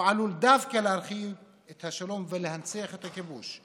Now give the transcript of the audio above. הוא עלול דווקא להחריב את השלום ולהנציח את הכיבוש.